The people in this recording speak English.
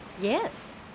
Yes